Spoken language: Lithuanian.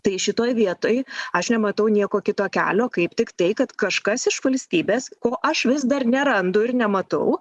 tai šitoj vietoj aš nematau nieko kito kelio kaip tiktai kad kažkas iš valstybės ko aš vis dar nerandu ir nematau